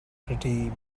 pretty